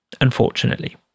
unfortunately